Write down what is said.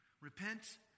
Repent